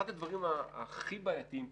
אחד הדברים הכי בעייתיים כאן,